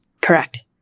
Correct